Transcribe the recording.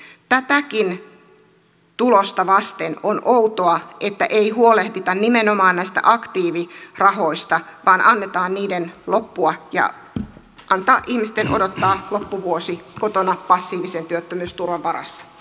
tätäkin tulosta vasten on outoa että ei huolehdita nimenomaan näistä aktiivirahoista vaan annetaan niiden loppua ja ihmisten odottaa loppuvuosi kotona passiivisen työttömyysturvan varassa